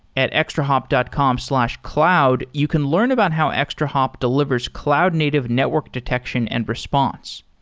at extrahop dot com slash cloud, you can learn about how extrahop delivers cloud-native network detection and response.